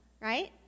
right